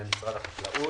משרד החקלאות.